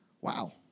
Wow